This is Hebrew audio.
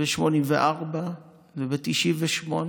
ב-1984 וב-1998